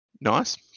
Nice